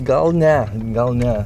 gal ne gal ne